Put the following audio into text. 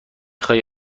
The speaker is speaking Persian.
خواهی